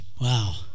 Wow